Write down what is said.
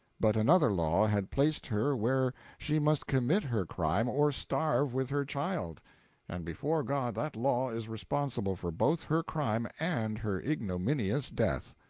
but another law had placed her where she must commit her crime or starve with her child and before god that law is responsible for both her crime and her ignominious death!